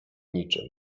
niczym